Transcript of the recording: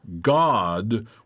God